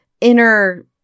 inner